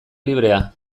librea